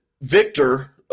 Victor